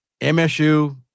MSU